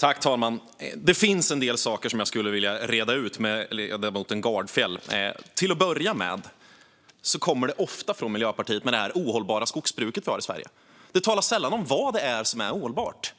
Fru talman! Det finns en del saker som jag skulle vilja reda ut med ledamoten Gardfjell. Till att börja med talar man ofta från Miljöpartiet om det ohållbara skogsbruk som vi har i Sverige. Det talas sällan om vad det är som är ohållbart.